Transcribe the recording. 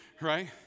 right